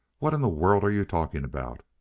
what in the world are you talking about?